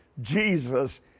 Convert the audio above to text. Jesus